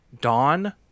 Dawn